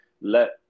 let